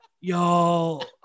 Y'all